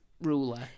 ruler